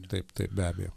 taip taip be abejo